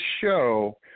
show